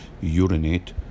urinate